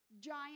giant